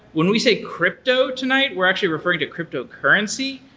when we say crypto tonight, we're actually refereeing to cryptocurrency.